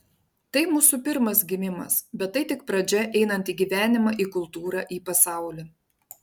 tai mūsų pirmas gimimas bet tai tik pradžia einant į gyvenimą į kultūrą į pasaulį